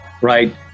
right